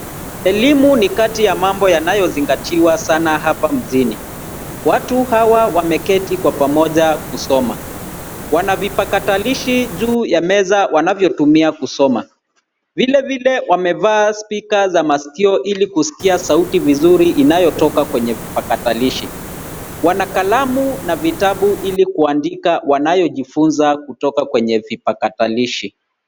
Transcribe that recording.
Elimu ni kati ya mambo yanayozingatiwa sana hapa mjini, watu hawa wameketi kwa pamoja kusoma. Wanavipakatalishi juu ya meza wanavyotumia kusoma ,vile vile wamevaa spika za maskio ili kuskia sauti vizuri inayotoka kwenye vipakatalishi. Wana kalamu na vitabu ili kuandika wanayojifunza kutoka kwenye vipakatalishi.